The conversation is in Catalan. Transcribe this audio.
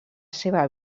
seva